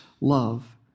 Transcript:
love